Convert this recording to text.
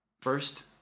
First